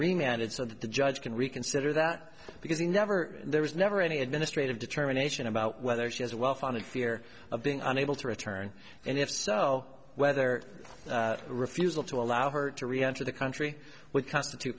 that the judge can reconsider that because he never there was never any administrative determination about whether she has a well founded fear of being unable to return and if so whether the refusal to allow her to reenter the country would constitute